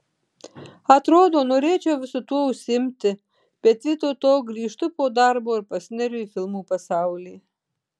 atrodo norėčiau visu tuo užsiimti bet vietoj to grįžtu po darbo ir pasineriu į filmų pasaulį